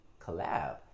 collab